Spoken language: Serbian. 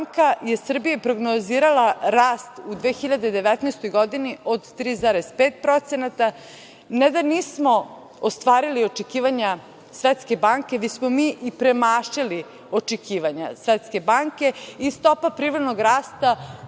je Srbiji prognozirala rast u 2019. godini od 3,5%, ne da nismo ostvarili očekivanja Svetske banke, već smo mi i premašili očekivanja Svetske banke i stopa privrednog rasta